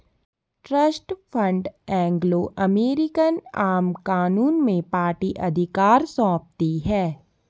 trust fund Anglo American आम कानून में पार्टी अधिकार सौंपती है